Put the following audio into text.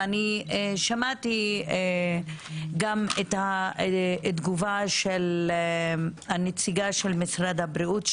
ואני שמעית גם את התגובה של הנציגה של משרד הבריאות,